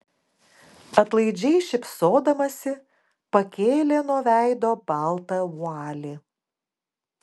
atlaidžiai šypsodamasi pakėlė nuo veido baltą vualį